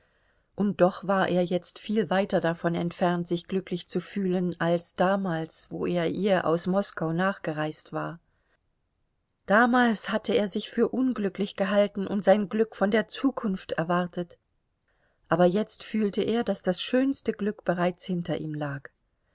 und doch war er jetzt viel weiter davon entfernt sich glücklich zu fühlen als damals wo er ihr aus moskau nachgereist war damals hatte er sich für unglücklich gehalten und sein glück von der zukunft erwartet aber jetzt fühlte er daß das schönste glück bereits hinter ihm lag